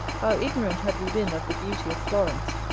how ignorant had we been of the beauty of florence,